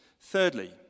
Thirdly